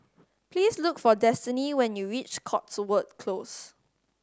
please look for Destiney when you reach Cotswold Close